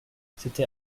c’était